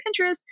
Pinterest